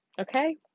Okay